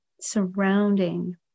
surrounding